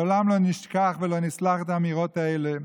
לעולם לא נשכח, ולא נסלח על האמירות האלה.